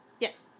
Yes